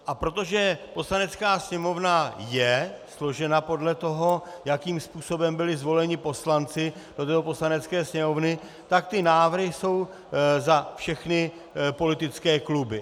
A protože Poslanecká sněmovna je složena podle toho, jakým způsobem byli zvoleni poslanci do této Poslanecké sněmovny, tak ty návrhy jsou za všechny politické kluby.